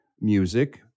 music